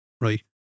Right